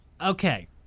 Okay